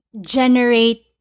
generate